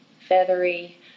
feathery